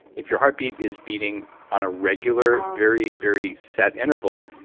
if your heartbeat is beating on a regular, very, very set interval,